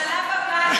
השלב הבא,